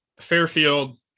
Fairfield